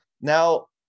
Now